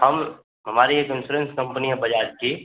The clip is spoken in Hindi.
हम हमारी एक इन्श्योरेन्स कम्पनी है बज़ाज़ की